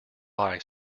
buy